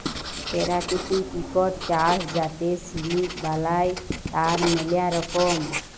পেরাকিতিক ইকট চাস যাতে সিলিক বালাই, তার ম্যালা রকম